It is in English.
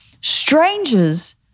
strangers